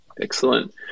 excellent